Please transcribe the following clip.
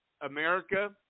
America